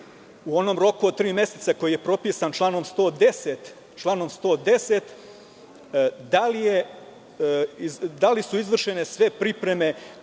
u onom roku od tri meseca, koji je propisan članom 110, da li su izvršene sve pripreme